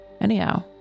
Anyhow